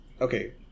Okay